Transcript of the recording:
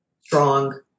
strong